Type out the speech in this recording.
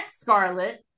Scarlet